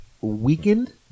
weakened